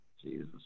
Jesus